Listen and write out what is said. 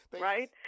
right